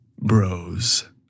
bros